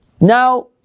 Now